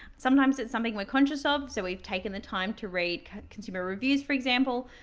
sometimes it's something we're conscious of. so we've taken the time to read consumer reviews, for example.